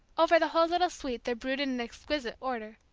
over the whole little suite there brooded an exquisite order.